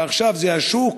ועכשיו זה השוק,